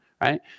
Right